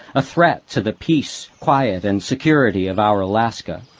a threat to the peace, quiet and security of our alaska.